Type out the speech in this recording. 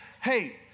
Hey